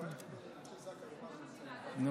לא,